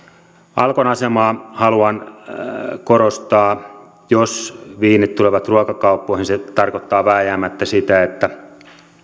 alkon asemaa haluan korostaa jos viinit tulevat ruokakauppoihin se tarkoittaa vääjäämättä sitä että